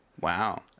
Wow